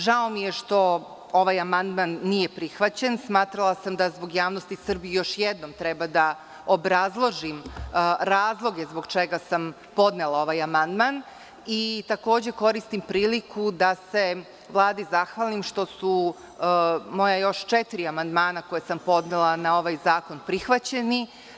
Žao mi je što ovaj amandman nije prihvaćen, smatrala sam da zbog javnosti Srbije još jednom treba da obrazložim razloge zbog čega sam podnela ovaj amandman i takođe koristim priliku da se Vladi zahvalim što su još četiri moja amandmana koje sam podnela na ovaj zakon prihvaćeni.